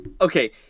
Okay